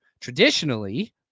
Traditionally